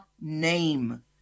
name